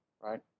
right